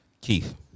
Keith